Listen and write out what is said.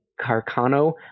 Carcano